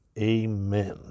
Amen